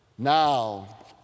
Now